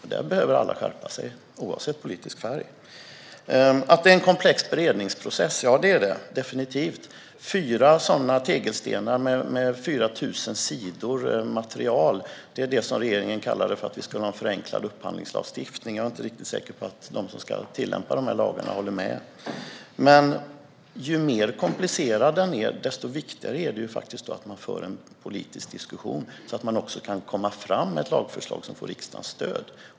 Här behöver alla skärpa sig oavsett politisk färg. Det är definitivt en komplex beredningsprocess. Fyra tegelstenar med 4 000 sidor material kallar regeringen en förenklad upphandlingslagstiftning. Jag är inte säker på att de som ska tillämpa dessa lagar håller med. Ju mer komplicerad beredningsprocessen är, desto viktigare är det att det förs en politisk diskussion så att man kan komma fram med ett lagförslag som får riksdagens stöd.